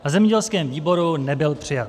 Na zemědělském výboru nebyl přijat.